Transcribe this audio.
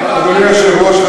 אדוני היושב-ראש,